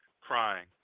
crying